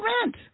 rent